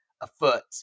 afoot